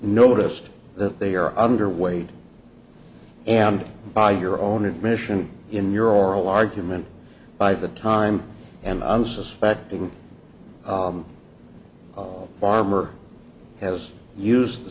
noticed that they are underweight and by your own admission in your oral argument by the time and the unsuspecting farmer has used the